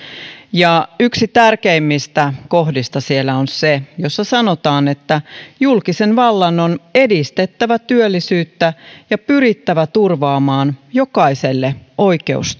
yksi tärkeimmistä kohdista siellä on se jossa sanotaan että julkisen vallan on edistettävä työllisyyttä ja pyrittävä turvaamaan jokaiselle oikeus